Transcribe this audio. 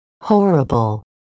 Horrible